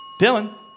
Dylan